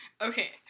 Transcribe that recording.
Okay